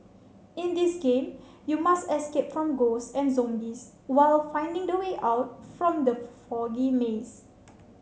in this game you must escape from ghosts and zombies while finding the way out from the foggy maze